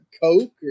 Coke